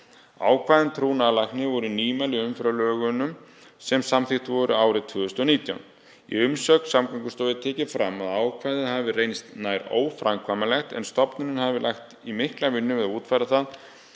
Ákvæði um trúnaðarlækni voru nýmæli í umferðarlögunum sem samþykkt voru árið 2019. Í umsögn Samgöngustofu er tekið fram að ákvæðið hafi reynst nær óframkvæmanlegt en stofnunin hafi lagt í mikla vinnu við að útfæra það